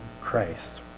Christ